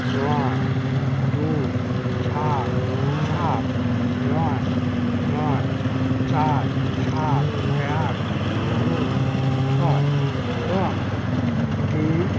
নয় দুই সাত সাত নয় নয় চার সাত এক দুই ছয় এবং তিন